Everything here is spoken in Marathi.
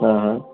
हा हा